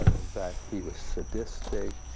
that he was sadistic,